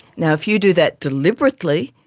now, if you do that deliberately,